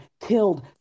killed